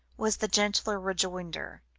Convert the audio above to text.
was the gentle rejoinder.